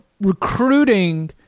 recruiting